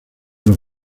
los